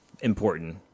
important